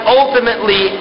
ultimately